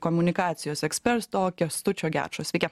komunikacijos eksperto kęstučio gečo sveiki